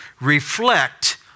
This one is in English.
reflect